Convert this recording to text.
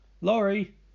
Laurie